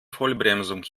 vollbremsung